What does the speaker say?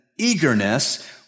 eagerness